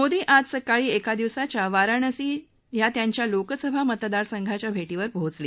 मोदी आज सकाळी एका दिवसाच्या वाराणसी या त्यांच्या लोकसभा मतदारसंघाच्या भेटीवर पोहोचले